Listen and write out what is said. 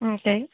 ஆ சரி